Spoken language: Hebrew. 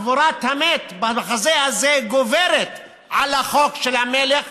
קבורת המת במחזה הזה גוברת על החוק של המלך,